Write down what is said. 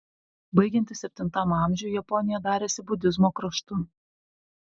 baigiantis septintam amžiui japonija darėsi budizmo kraštu